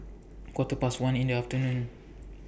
Quarter Past one in The afternoon